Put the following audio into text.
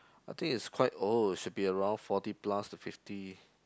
I think is quite old should be around forty plus to fifty